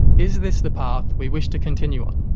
is this the path we wish to continue on?